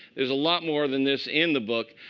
there's a lot more than this in the book.